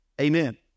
Amen